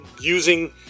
using